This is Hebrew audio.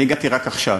אני הגעתי רק עכשיו,